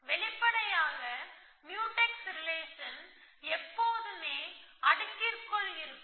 வெளிப்படையாக mutex relation எப்போதுமே அடுக்கிற்குள் இருக்கும்